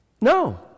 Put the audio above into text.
No